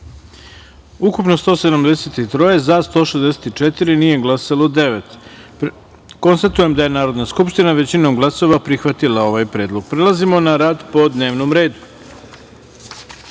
ukupno - 173, za - 164, nije glasalo - devet. Konstatujem da je Narodna skupština, većinom glasova, prihvatila ovaj predlog. Prelazimo na rad po dnevnom